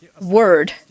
word